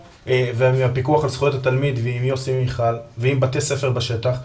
ועם הפיקוח על זכויות התלמיד ועם יוסי מיכל ועם בתי ספר בשטח.